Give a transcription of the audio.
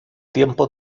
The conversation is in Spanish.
tiempo